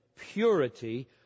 purity